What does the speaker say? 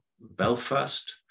Belfast